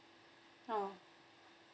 oh